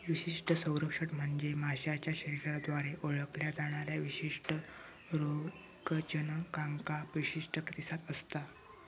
विशिष्ट संरक्षण म्हणजे माशाच्या शरीराद्वारे ओळखल्या जाणाऱ्या विशिष्ट रोगजनकांका विशेष प्रतिसाद असता